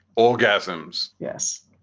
orgasms? yes